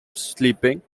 sleeping